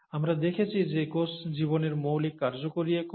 আমরা দেখেছি যে কোষ জীবনের মৌলিক কার্যকরী একক